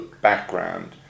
background